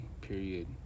period